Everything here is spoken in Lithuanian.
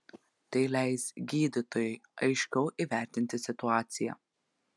tai leis gydytojui aiškiau įvertinti situaciją